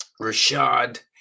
Rashad